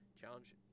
challenge